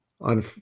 on